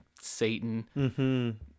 Satan